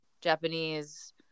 Japanese